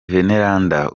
veneranda